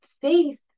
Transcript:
Faith